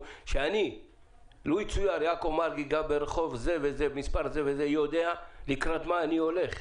שתושב שגר בתושב כלשהו יודע לקראת מה הוא הולך?